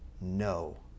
no